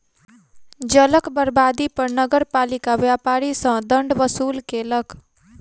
जलक बर्बादी पर नगरपालिका व्यापारी सॅ दंड वसूल केलक